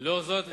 לאור זאת,